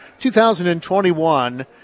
2021